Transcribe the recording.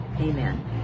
amen